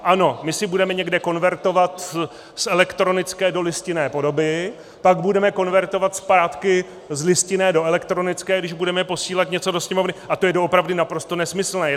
Ano, jestli budeme někde konvertovat z elektronické do listinné podoby, pak budeme konvertovat zpátky z listinné do elektronické, když budeme posílat něco do Sněmovny, a to je doopravdy naprosto nesmyslné.